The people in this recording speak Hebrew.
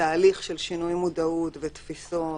תהליך של שינוי מודעות, תפיסות,